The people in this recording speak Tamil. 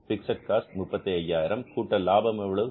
பிக்ஸட் காஸ்ட் 35000 கூட்டல் லாபம் எவ்வளவு